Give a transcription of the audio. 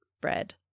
bread